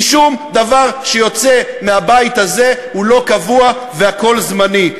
כי שום דבר שיוצא מהבית הזה הוא לא קבוע והכול זמני.